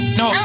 no